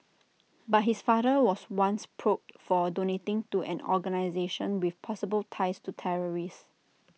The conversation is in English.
but his father was once probed for donating to an organisation with possible ties to terrorists